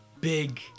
big